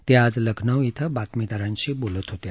त्या आज लखनौ इथं बातमीदारांशी बोलत होत्या